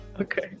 Okay